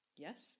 Yes